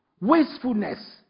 Wastefulness